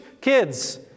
kids